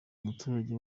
umuturage